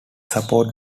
support